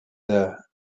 there